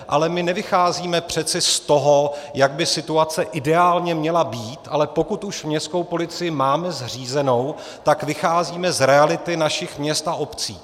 Ale my nevycházíme přeci z toho, jak by situace ideálně měla být, ale pokud už městskou policii máme zřízenou, tak vycházíme z reality našich měst a obcí.